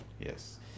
yes